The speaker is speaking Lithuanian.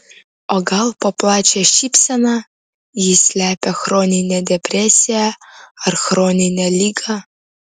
o gal po plačia šypsena ji slepia chroninę depresiją ar chroninę ligą